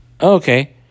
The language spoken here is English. Okay